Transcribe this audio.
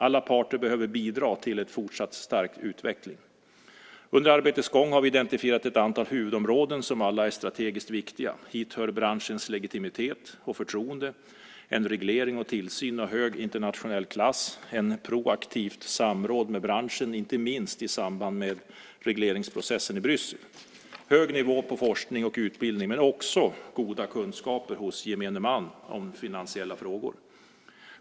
Alla parter behöver bidra till en fortsatt stark utveckling. Under arbetets gång har vi identifierat ett antal huvudområden som alla är strategiskt viktiga. Hit hör branschens legitimitet och förtroende, en reglering och tillsyn av hög internationell klass, ett proaktivt samråd med branschen inte minst i samband med regleringsprocessen i Bryssel, hög nivå på forskning och utbildning men också goda kunskaper hos gemene man om finansiella frågor.